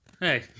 Hey